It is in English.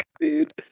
dude